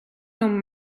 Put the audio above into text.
non